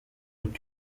uko